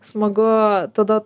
smagu tada